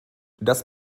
das